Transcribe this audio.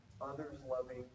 others-loving